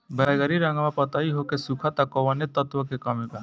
बैगरी रंगवा पतयी होके सुखता कौवने तत्व के कमी बा?